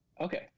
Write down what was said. Okay